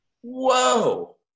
Whoa